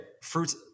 fruits